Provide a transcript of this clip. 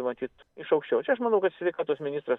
matyt iš aukščiau čia aš manau kad sveikatos ministras